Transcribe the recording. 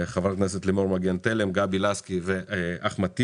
חברת הכנסת לימור מגן תלם, גבי לסקי ואחמד טיבי.